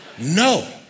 No